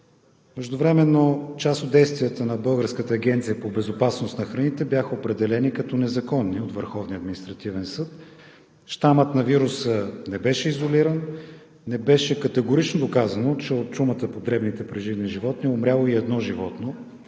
Междувременно част от действията на Българската агенция по безопасност на храните бяха определени като незаконни от Върховния административен съд. Щамът на вируса не беше изолиран, не беше категорично доказано, че от чумата по дребните преживни животни е умряло и едно животно.